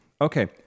Okay